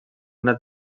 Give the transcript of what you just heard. una